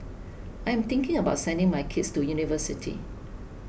I am thinking about sending my kids to university